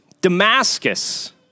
Damascus